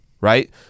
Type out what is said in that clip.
right